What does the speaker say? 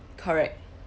correct